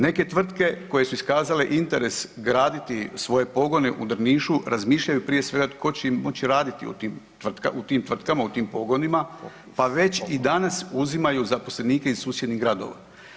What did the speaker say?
Neke tvrtke koje su iskazale interes graditi svoje pogone u Drnišu razmišljaju prije svega tko će im moći raditi u tim tvrtkama u tim pogonima, pa već i danas uzimaju zaposlenike iz susjednih gradova.